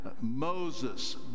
Moses